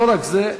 לא רק זה,